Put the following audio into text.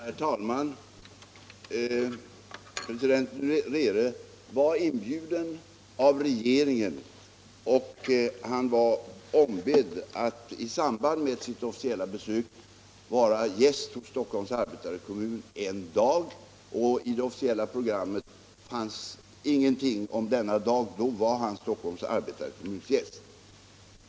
Herr talman! President Nyerere var inbjuden av regeringen, och han var ombedd att i samband med sitt officiella besök vara gäst hos Stock holms arbetarekommun en dag. I det officiella programmet fanns ingenting för denna dag. Då var han Stockholms arbetarekommuns gäst.